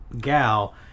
gal